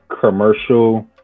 commercial